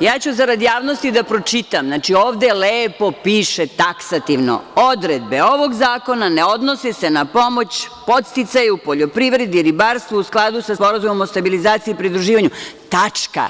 ja ću zarad javnosti da pročitam, ovde lepo piše taksativno: „Odredbe ovog zakona ne odnose se na pomoć podsticaju poljoprivredi, ribarstvu u skladu sa Sporazumom o stabilizaciji i pridruživanju.“ Tačka.